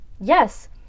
yes